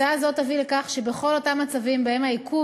הצעה זו תביא לכך שבכל אותם מצבים שבהם העיכוב